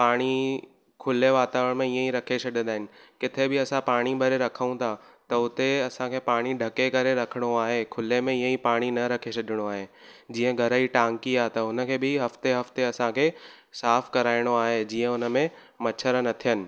पाणी खुले वातावरण में ईअं ई रखे छॾींदा आहिनि किथे बि असां पाणी भरे रखूं था त हुते असांखे पाणी ढके करे रखिणो आहे खुले में ईअं ई पाणी न रखी छॾिणो आहे जीअं घर जी टांकी आहे त हुन खे बि हफ़्ते हफ़्ते असांखे साफ़ु कराइणो आहे जीअं हुन में मछर न थियनि